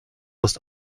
ist